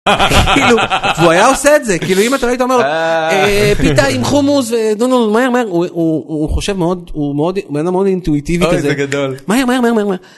כאילו הוא היה עושה את זה כאילו אם אתה היית אומר לו פיתה עם חומוס ו.. מהר מהר הוא חושב מאוד הוא בנאדם מאוד אינטואיטיבי כזה, מהר מהר מהר